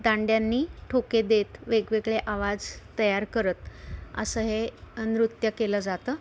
दांड्यांनी ठोके देत वेगवेगळे आवाज तयार करत असं हे नृत्य केलं जातं